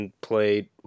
played